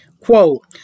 Quote